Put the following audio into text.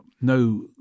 no